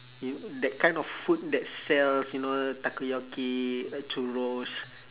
you that kind of food that sells you know takoyaki uh churros